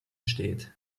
steht